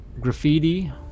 graffiti